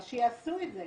אז שיעשו את זה,